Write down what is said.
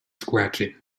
scratching